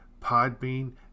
Podbean